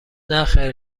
نخیر